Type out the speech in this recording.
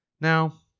Now